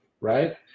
right